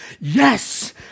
yes